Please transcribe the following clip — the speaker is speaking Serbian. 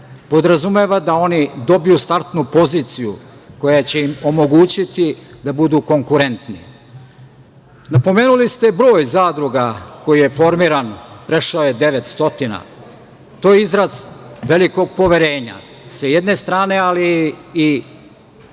podrazumeva da oni dobiju startnu poziciju, koja će im omogućiti da budu konkurentni. Napomenuli ste broj zadruga koji je formiran, prešao je 900 i to je izraz velikog poverenja, sa jedne strane, ali i nužnosti.